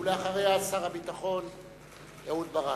ואחריה, שר הביטחון אהוד ברק.